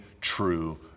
true